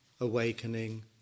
awakening